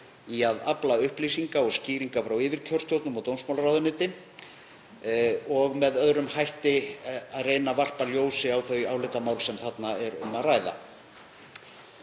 í að afla upplýsinga og skýringa frá yfirkjörstjórnum og dómsmálaráðuneyti og með öðrum hætti að reyna að varpa ljósi á þau álitamál sem þarna er um að ræða.